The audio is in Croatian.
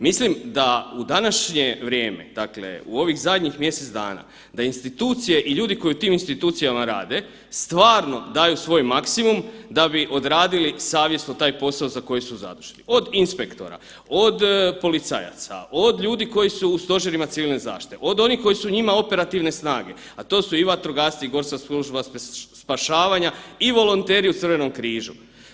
Mislim da u današnje vrijeme, dakle u ovih zadnjih mjesec dana da institucije i ljudi koji u tim institucijama rade stvarno daju svoj maksimum da bi odradili savjesno svoj posao za koji su zaduženi, od inspektora, od policajaca, od ljudi koji su u Stožerima civilne zaštite, od onih koji su njima operativne snage, a to su i vatrogasci i GSS i volonteri u Crvenom križu.